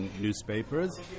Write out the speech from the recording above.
newspapers